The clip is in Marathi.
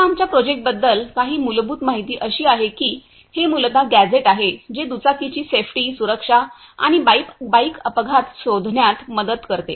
आता आमच्या प्रोजेक्टबद्दल काही मूलभूत माहिती अशी आहे की हे मूलतः गॅझेट आहे जे दुचाकी ची सेफ्टी सुरक्षा आणि बाईक अपघात शोधण्यात मदत करते